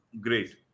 Great